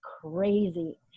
crazy